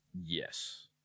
Yes